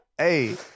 Hey